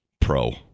pro